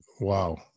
Wow